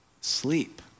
sleep